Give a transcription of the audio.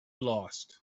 lost